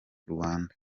rwanda